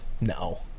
No